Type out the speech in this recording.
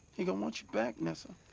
he gonna want you back, nessa.